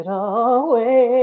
away